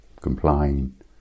complain